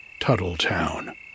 Tuttletown